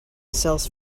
sells